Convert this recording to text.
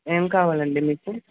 ఏం కావాలండీ మీకు